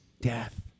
death